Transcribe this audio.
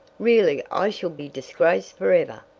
really i shall be disgraced forever.